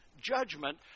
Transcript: judgment